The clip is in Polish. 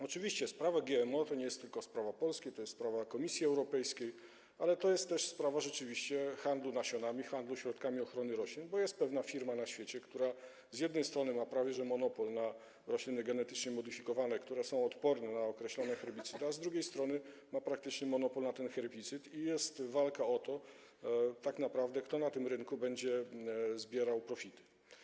Oczywiście sprawa GMO to nie jest tylko sprawa Polski, to jest sprawa Komisji Europejskiej, ale to jest też sprawa rzeczywiście handlu nasionami, handlu środkami ochrony roślin, bo jest pewna firma na świecie, która z jednej strony ma prawie monopol na rośliny genetycznie modyfikowane, które są odporne na określone herbicydy, a z drugiej strony ma praktycznie monopol na te herbicydy i tak naprawdę trwa walka o to, kto na tym rynku będzie zbierał profity.